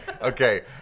Okay